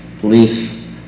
police